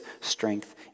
strength